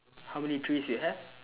how many tress you have